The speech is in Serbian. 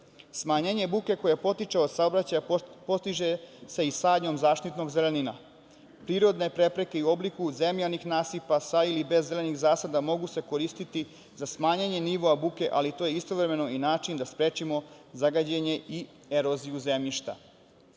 buke. Smanjenje buke koja potiče od saobraćaja postiže se i sadnjom zaštitnog zelenila. Prirodne prepreke i u obliku zemljanih nasipa, sa ili bez zelenih zasada mogu se koristiti za smanjenje nivoa buke, ali to je istovremeno i način da sprečimo zagađenje i eroziju zemljišta.